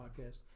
podcast